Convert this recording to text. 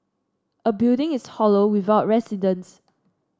a building is hollow without residents